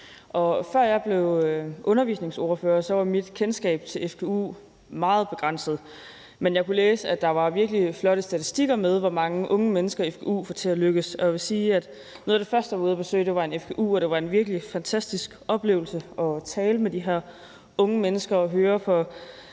Før jeg blev undervisningsordfører, var mit kendskab til fgu meget begrænset, men jeg kunne læse, at der var virkelig flotte statistikker over, hvor mange unge mennesker fgu får til at lykkes. Og jeg vil sige, at noget af det første, jeg var ude at besøge, var en fgu. Det var en virkelig fantastisk oplevelse at tale med de her unge mennesker og høre fra